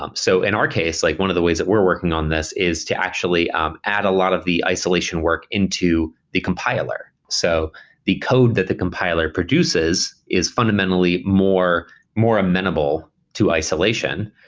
um so in our case, like one of the ways that we're working on this is to actually add a lot of the isolation work into the compiler. so the code that the compiler produces is fundamentally more more amenable to isolation.